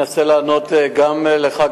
אנסה לענות גם לך,